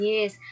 Yes